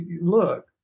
look